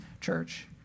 church